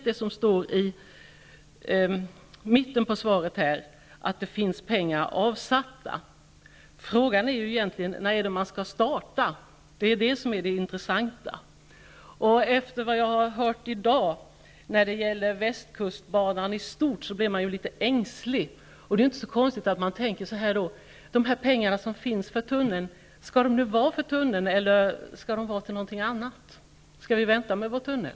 Det som står i svaret, att det finns pengar avsatta, är ingen nyhet. Frågan är egentligen när man skall starta. Det är det intressanta. Efter vad jag har hört i dag om västkustbanan i stort blir jag litet ängslig. Det är inte så konstigt att man undrar om de pengar som finns avsatta för en tunnel skall vara till en tunnel eller om de skall användas till någonting annat. Skall vi vänta med vår tunnel?